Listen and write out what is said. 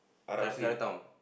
chi~ Chinatown